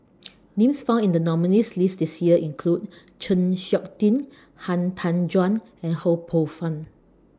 Names found in The nominees' list This Year include Chng Seok Tin Han Tan Juan and Ho Poh Fun